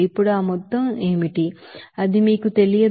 ఇప్పుడు ఆ మొత్తం ఏమిటి అది మీకు తెలియదు